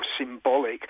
symbolic